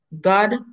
God